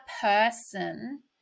person